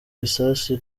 bisasu